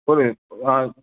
ஒரு